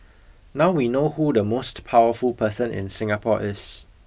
now we know who the most powerful person in Singapore is